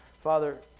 Father